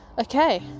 Okay